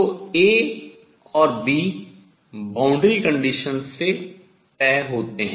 तो A और B boundary condition सीमा प्रतिबंध शर्त से तय होते हैं